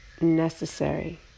necessary